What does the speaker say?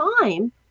time